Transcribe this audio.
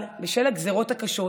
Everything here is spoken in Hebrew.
אבל בשל הגזרות הקשות,